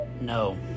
No